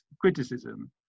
criticism